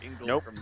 nope